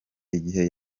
igihe